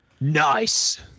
Nice